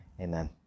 Amen